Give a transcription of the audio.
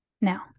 Now